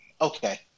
okay